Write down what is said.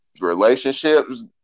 relationships